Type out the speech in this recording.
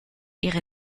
ihre